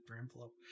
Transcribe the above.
envelope